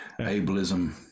ableism